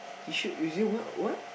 he should using what what